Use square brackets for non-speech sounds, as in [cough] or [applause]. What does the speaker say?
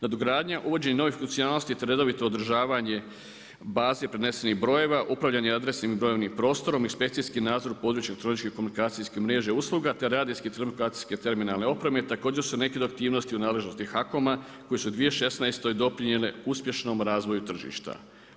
Nadogradnja uvođenja novih … [unintelligible] te redovito održavanje baze i prenesenih brojeva, upravljanje … [unintelligible] i brojevnim prostorom, inspekcijski nadzor u području elektroničkih komunikacijskih mreža i usluga te radijske i telekomunikacijske terminalne opreme također su neke od aktivnosti u nadležnosti HAKOM-a koje su u 2016. doprinijele uspješnom razvoju tržišta.